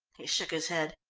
he shook his head.